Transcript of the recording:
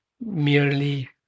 merely